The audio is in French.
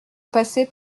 passer